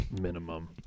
Minimum